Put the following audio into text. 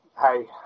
hey